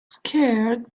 scared